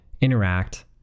interact